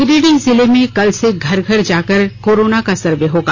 गिरिडीह जिले में कल से घर घर जाकर कोरोना का सर्वे होगा